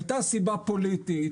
הייתה סיבה פוליטית